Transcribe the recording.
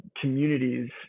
communities